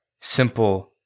Simple